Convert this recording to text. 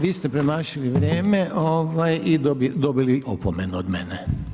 Vi ste premašili vrijeme i dobili opomenu od mene.